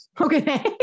Okay